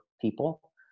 people